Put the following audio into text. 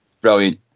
Brilliant